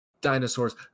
dinosaurs